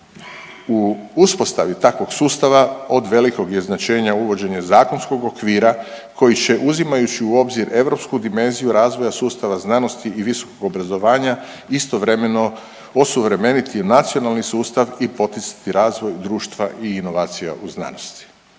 u uspostavi takvog sustava od velikog je značenja uvođenje zakonskog okvira koji će uzimajući u obzir europsku dimenziju razvoja sustava znanosti i visokog obrazovanja istovremeno osuvremeniti nacionalni sustav i poticati razvoj društva i inovacija u znanosti.